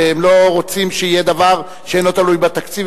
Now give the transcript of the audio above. והם לא רוצים שיהיה דבר שאינו תלוי בתקציב,